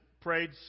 prayed